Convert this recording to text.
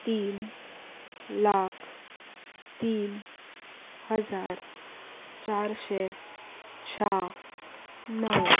तीन लाख तीन हजार चारशे शाण्णव